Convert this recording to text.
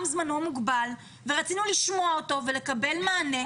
זמנו מוגבל ורצינו לשמוע אותו ולקבל מענה.